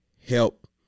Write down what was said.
help